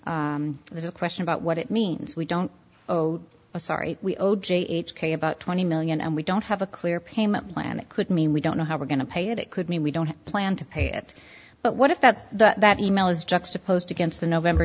one there's a question about what it means we don't oh sorry we old j h k about twenty million and we don't have a clear payment plan it could mean we don't know how we're going to pay it it could mean we don't plan to pay it but what if that that e mail is juxtaposed against the november